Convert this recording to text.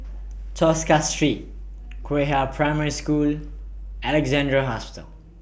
Tosca Street Qihua Primary School Alexandra Hospital